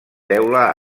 teula